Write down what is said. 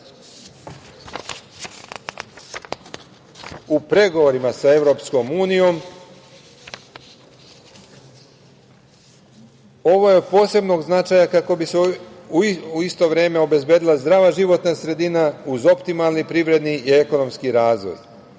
u pregovorima sa Evropskom unijom. Ovo je od posebnog značaja kako bi se u isto vreme obezbedila zdrava životna sredina, uz optimalni privredni i ekonomski razvoj.